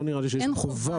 לא נראה לי שיש -- אין חובה.